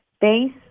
base